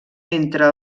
entre